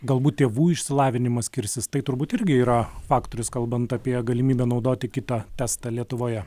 galbūt tėvų išsilavinimas skirsis tai turbūt irgi yra faktorius kalbant apie galimybę naudoti kitą testą lietuvoje